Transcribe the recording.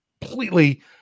completely